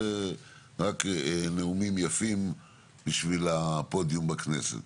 אלו רק נאומים יפים בשביל הפודיום בכנסת.